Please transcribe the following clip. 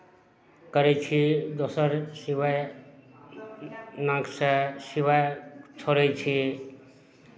करै छी दोसर शिवाय नाकसँ शिवाय छोड़ै छी